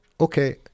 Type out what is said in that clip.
okay